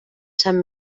sant